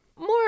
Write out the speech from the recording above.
More